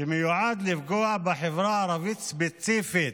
שמיועד לפגוע בחברה הערבית ספציפית.